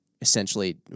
essentially